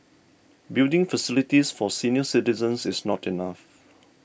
building facilities for senior citizens is not enough